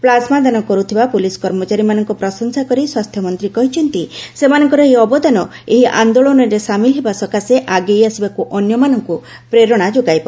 plasma ଦାନ କରିଥିବା police କର୍ମଚାରୀମାନଙ୍କ ପ୍ରଶଂସା କରି ସ୍ୱାସ୍ଥ୍ୟମନ୍ତ୍ରୀ କହିଛନ୍ତି ସେମାନଙ୍କର ଏହି ଅବଦାନ ଏହି ଆନ୍ଦୋଳନରେ ସାମିଲ ହେବା ସକାଶେ ଆଗେଇ ଆସିବାକୁ ଅନ୍ୟମାନଙ୍କୁ ପ୍ରେରଣା ଯୋଗାଇବ